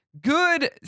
Good